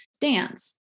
dance